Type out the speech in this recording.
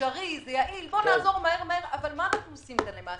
אפשרי ויעיל מה אנחנו עושים למעשה?